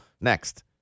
next